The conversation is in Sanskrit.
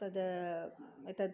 तद् तद्